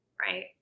right